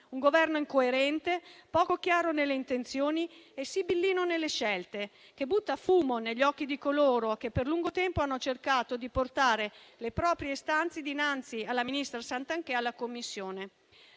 Un Governo incoerente, poco chiaro nelle intenzioni e sibillino nelle scelte, che butta fumo negli occhi di coloro che per lungo tempo hanno cercato di portare le proprie istanze dinanzi alla ministra Santanchè e alla Commissione.